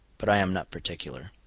but i am not particular.